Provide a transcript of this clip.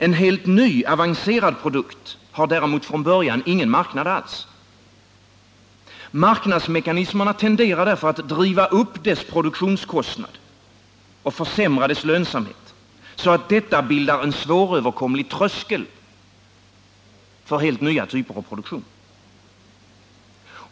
En helt ny, avancerad produkt har däremot från början ingen marknad alls. Marknadsmekanismerna tenderar därför att driva upp dess produktionskostnad och försämra dess lönsamhet, så att detta bildar en svåröverkomlig tröskel för helt nya typer av produktion.